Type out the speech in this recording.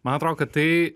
man atrodo kad tai